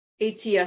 ats